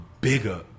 bigger